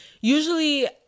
usually